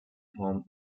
home